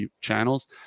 channels